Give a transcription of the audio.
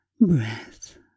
breath